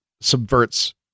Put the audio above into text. subverts